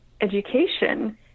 education